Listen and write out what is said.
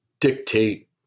dictate